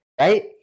right